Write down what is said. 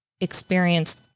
experience